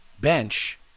bench